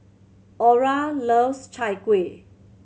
Aura loves Chai Kueh